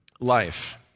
life